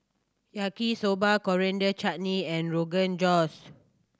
Yaki Soba Coriander Chutney and Rogan Josh